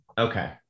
okay